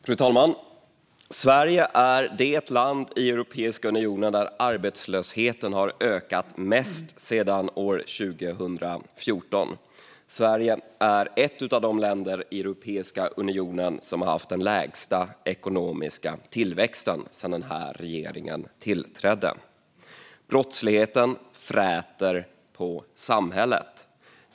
Fru talman! Sverige är det land i Europeiska unionen där arbetslösheten har ökat mest sedan 2014. Sverige är ett av de länder i Europeiska unionen som har haft den lägsta ekonomiska tillväxten sedan den här regeringen tillträdde. Brottsligheten fräter på samhället.